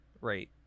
Right